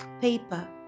paper